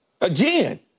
Again